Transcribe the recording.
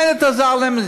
בנט עזר להם,